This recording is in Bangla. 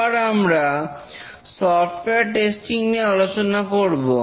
এবার আমরা সফটওয়্যার টেস্টিং নিয়ে আলোচনা করব